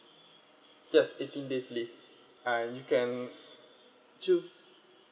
that's eighteen days leave and you can choose